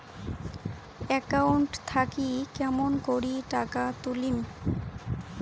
Account থাকি কেমন করি টাকা তুলিম?